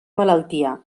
malaltia